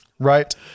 Right